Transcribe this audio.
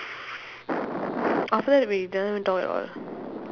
after that we never even talk at all